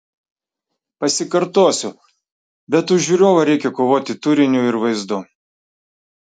pasikartosiu bet už žiūrovą reikia kovoti turiniu ir vaizdu